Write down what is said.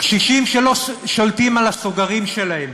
קשישים שלא שולטים על הסוגרים שלהם